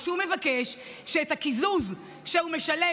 מה שהוא מבקש זה שאת הקיזוז שהוא משלם